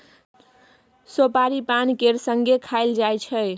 सोपारी पान केर संगे खाएल जाइ छै